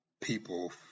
people